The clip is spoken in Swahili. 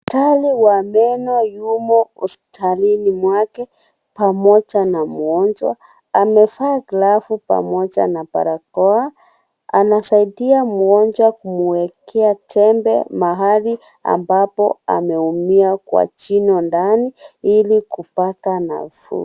Daktari wa meno yumo hospitalini mwake, pamoja na mgonjwa. Amevaa glavu pamoja na barakoa. Anasaidia mgonjwa kumwekea tembe mahali ambapo ameumia kwa jino ndani, ili kupata nafuu.